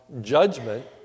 judgment